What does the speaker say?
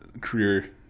career